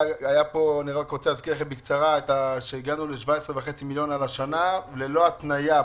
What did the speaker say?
אני רוצה להזכיר לכם שהגענו ל-17.5 מיליון השנה ללא התניה.